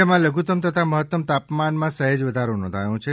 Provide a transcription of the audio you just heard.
રાજ્યમાં લધુત્તમ તથા મહત્તમ તાપમાનમાં સહેજ વધારો નોંધાયો છે